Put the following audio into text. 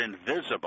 invisible